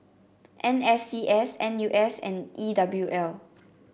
N S C S N U S and E W L